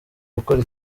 gukora